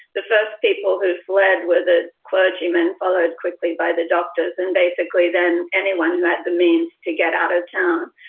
the first people who fled with a clergyman, followed quickly by the doctors and basically then anyone who had the means to get out of town,